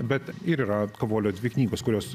bet ir yra kavolio dvi knygos kurios